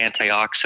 antioxidant